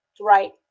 Right